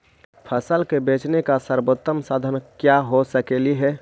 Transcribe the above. फसल के बेचने के सरबोतम साधन क्या हो सकेली?